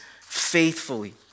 faithfully